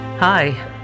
Hi